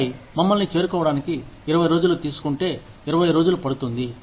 ఆపై మమ్మల్ని చేరుకోవడానికి 20 రోజులు తీసుకుంటే 20 రోజులు పడుతుంది